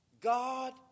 God